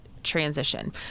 transition